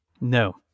No